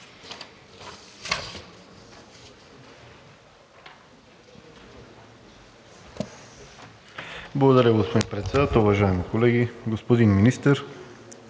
Благодаря, господин Председател. Уважаеми колеги, господин Министър!